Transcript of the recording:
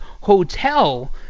hotel